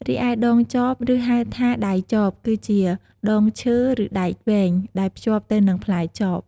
រីឯដងចប ឬហៅថា ដៃចប គឺជាដងឈើ ឬដែកវែង ដែលភ្ជាប់ទៅនឹងផ្លែចប។